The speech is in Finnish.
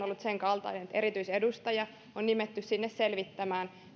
ollut senkaltainen että erityisedustaja on nimetty sinne selvittämään